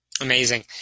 Amazing